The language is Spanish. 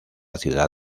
ciudad